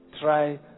try